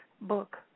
book